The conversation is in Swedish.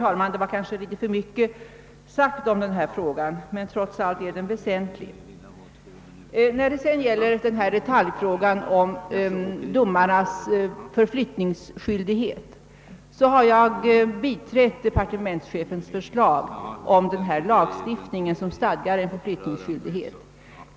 Detta blev kanske litet för mycket om den här saken, herr talman, men frågan är trots allt väsentlig. I detaljfrågan om förflyttningsskyldighet för domarna har jag biträtt departementschefens förslag om en lagstiftning som stadgar förflyttningsskyldighet.